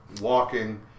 walking